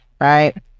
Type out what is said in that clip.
right